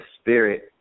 spirit